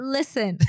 Listen